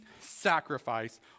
sacrifice